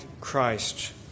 Christ